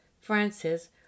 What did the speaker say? Francis